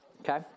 Okay